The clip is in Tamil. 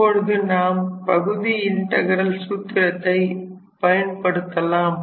இப்பொழுது நாம் பகுதி இன்டகிரல் சூத்திரத்தை பயன்படுத்தலாம்